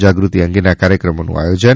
જાગૃતિ અંગેના કાર્યક્રમોનું આયોજન